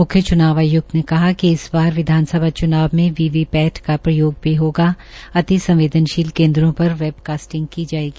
मुख्य चुनाव आयुक्त ने कहा कि इस बार विधानसभा चुनाव में वी वी पैट का प्रयोग भी होगा अति संवदेनशील केन्द्रों पर वेब कास्टिंग की जायेगी